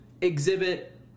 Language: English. exhibit